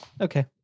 Okay